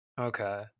okay